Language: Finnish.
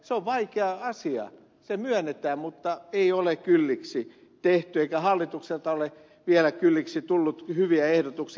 se on vaikea asia se myönnetään mutta ei ole kylliksi tehty eikä hallitukselta ole vielä kylliksi tullut hyviä ehdotuksia